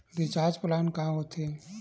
Recharge plan का होथे?